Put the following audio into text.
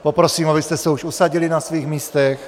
Poprosím, abyste se už usadili na svých místech.